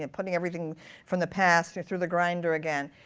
and putting everything from the past through the grinder again.